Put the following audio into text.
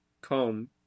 comb